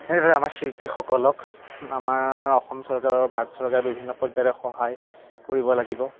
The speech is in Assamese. সেনেদৰে আমাৰ শিল্পীসকলক আমাৰ অসম চৰকাৰে আৰু ভাৰত চৰকাৰে বিভিন্ন পৰ্যায়ত সহায় কৰিব লাগিব